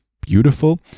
beautiful